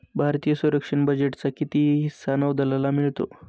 भारतीय संरक्षण बजेटचा किती हिस्सा नौदलाला मिळतो?